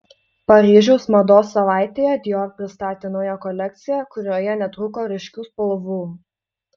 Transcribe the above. paryžiaus mados savaitėje dior pristatė naują kolekciją kurioje netrūko ryškių spalvų